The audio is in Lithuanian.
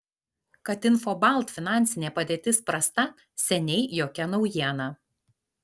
kad infobalt finansinė padėtis prasta seniai jokia naujiena